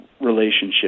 relationship